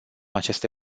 aceste